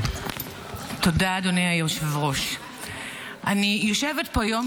מעוניין לדבר, אדוני?